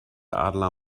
adler